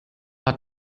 hat